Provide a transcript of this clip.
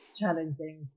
challenging